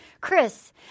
Chris